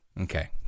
okay